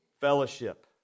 fellowship